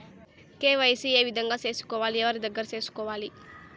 KYC ఏ విధంగా సేసుకోవాలి? ఎవరి దగ్గర సేసుకోవాలి?